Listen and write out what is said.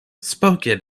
spoken